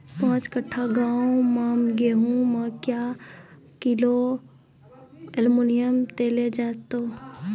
पाँच कट्ठा गांव मे गेहूँ मे क्या किलो एल्मुनियम देले जाय तो?